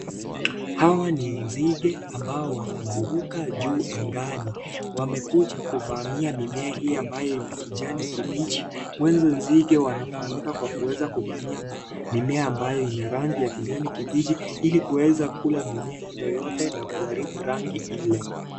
Hawa ni nzige ambao wanaruka juu angani, wamekuja kuvamiwa mimea hii ambayo ina kijani kibichi. Mwazo nzige wanfahamika kwa kufamia mimea ambayo yenye rangi ya kijani kibichi ili kuweza Kula mimea hizo zote na kuharibu rangi Ile.